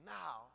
now